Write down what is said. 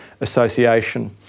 association